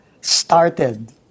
started